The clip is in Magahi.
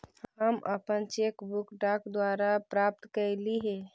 हम अपन चेक बुक डाक द्वारा प्राप्त कईली हे